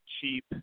cheap